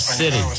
city